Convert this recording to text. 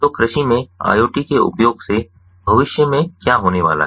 तो कृषि में IoT के उपयोग से भविष्य में क्या होने वाला है